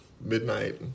midnight